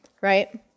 right